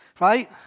Right